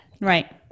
Right